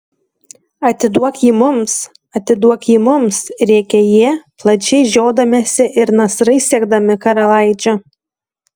atiduok jį mums atiduok jį mums rėkė jie plačiai žiodamiesi ir nasrais siekdami karalaičio